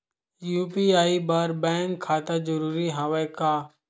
UPI बर bank खाता जरूरी हवय का?